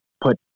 put